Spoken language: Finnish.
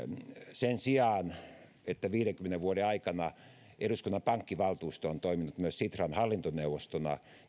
sen sijaan että viidenkymmenen vuoden aikana eduskunnan pankkivaltuusto on toiminut myös sitran hallintoneuvostona